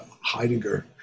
Heidegger